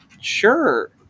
sure